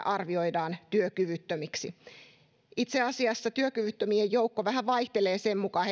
arvioidaan työkyvyttömiksi itse asiassa työkyvyttömien joukko heidän suhteellinen osuutensa vähän vaihtelee sen mukaan